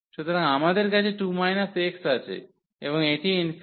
সুতরাং আমাদের কাছে 2 x আছে এবং এটি ∞